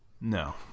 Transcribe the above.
No